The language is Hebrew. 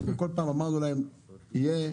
ובכל פעם אמרנו להם: נעזור,